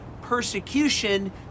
persecution